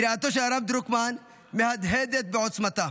קריאתו של הרב דרוקמן מהדהדת בעוצמתה.